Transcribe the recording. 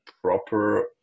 proper